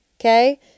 Okay